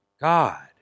God